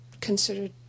considered